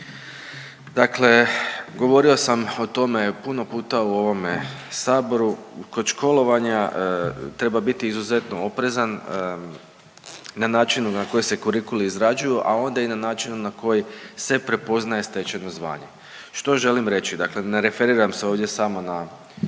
dakle govorio sam o tome puno puta u ovome saboru. Kod školovanja treba biti izuzetno oprezan na načinu na koji se kurikuli izrađuju, a onda i na načinu na koji se prepoznaje stečeno zvanje. Što želim reći? Dakle, ne referiram se ovdje samo na